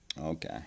Okay